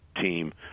team